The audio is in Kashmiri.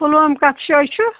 پُلوامہِ کٔتھ جایہِ چھُ